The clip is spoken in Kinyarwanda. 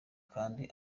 kandi